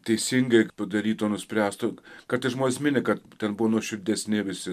teisingai padaryto nuspręsto kartais žmonės mini kad ten buvo nuoširdesni visi